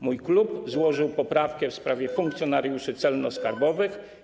Mój klub złożył poprawkę w sprawie funkcjonariuszy celno-skarbowych.